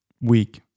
week